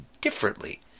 differently